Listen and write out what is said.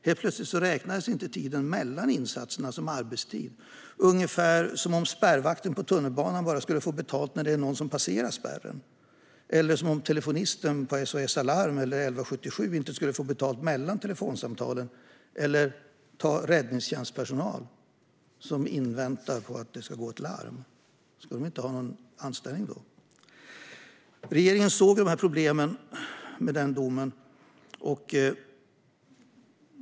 Helt plötsligt räknas inte tiden mellan insatserna som arbetstid - ungefär som om spärrvakten i tunnelbanan bara skulle få betalt när någon passerar spärren eller som om telefonisten på SOS Alarm eller 1177 inte skulle få betalt för tiden mellan samtalen. Man kan också tänka sig räddningstjänstpersonal som inväntar att ett larm ska komma - ska personalen inte ha någon anställning då? Regeringen såg problemen med domen.